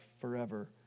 forever